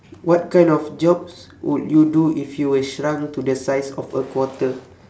what kind of jobs would you do if you were shrunk to the size of a quarter